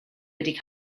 wedi